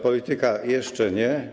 Polityka jeszcze nie.